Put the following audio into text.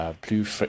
plus